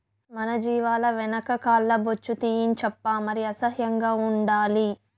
మన జీవాల వెనక కాల్ల బొచ్చు తీయించప్పా మరి అసహ్యం ఉండాలి